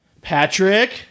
Patrick